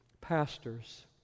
Pastors